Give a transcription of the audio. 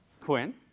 Quinn